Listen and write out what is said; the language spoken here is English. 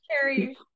Carrie